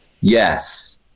Yes